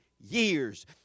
years